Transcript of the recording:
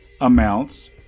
amounts